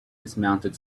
dismounted